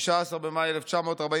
15 במאי 1948,